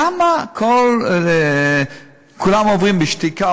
למה כולם עוברים בשתיקה,